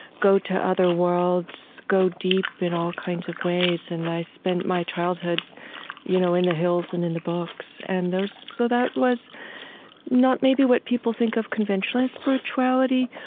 go to other worlds, go deep in all kinds of ways. and i spent my childhood you know in the hills and in the books. and so that was not maybe what people think of conventionally as spirituality,